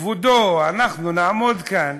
שכבודו או אנחנו נעמוד כאן